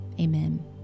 Amen